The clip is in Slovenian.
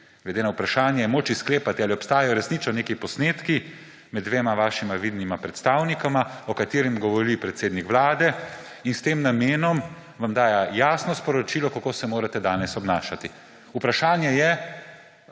glede na vprašanje je moč sklepati, ali obstajajo resnično neki posnetki med dvema vašima vidnima predstavnikoma, o katerem govori predsednik Vlade, in s tem namenom vam daje jasno sporočilo, kako se morate danes obnašati. Vprašanje je,